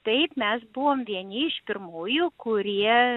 taip mes buvom vieni iš pirmųjų kurie